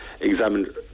examined